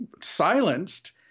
silenced